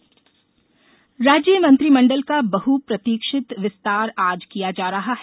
मंत्रिमंडल राज्य मंत्रिमंडल का बहुप्रतीक्षित विस्तार आज किया जा रहा है